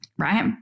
right